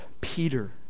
Peter